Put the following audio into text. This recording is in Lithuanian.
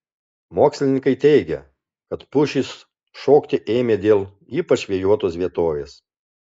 mokslininkai teigia kad pušys šokti ėmė dėl ypač vėjuotos vietovės